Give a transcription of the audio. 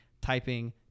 typing